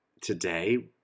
today